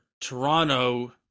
Toronto